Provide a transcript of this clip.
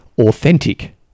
authentic